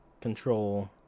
control